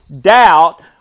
doubt